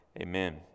Amen